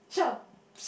sure